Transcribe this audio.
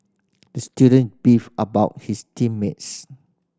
the student beefed about his team mates